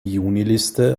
juniliste